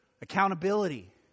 accountability